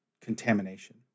contamination